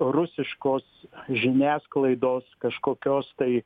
rusiškos žiniasklaidos kažkokios tai